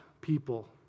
people